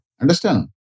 Understand